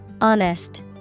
Honest